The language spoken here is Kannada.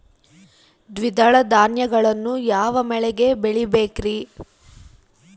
ದ್ವಿದಳ ಧಾನ್ಯಗಳನ್ನು ಯಾವ ಮಳೆಗೆ ಬೆಳಿಬೇಕ್ರಿ?